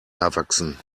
erwachsen